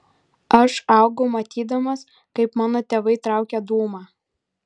aš augau matydamas kaip mano tėvai traukia dūmą